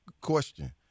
question